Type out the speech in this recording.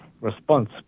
response